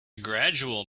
gradual